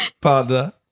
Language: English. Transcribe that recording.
partner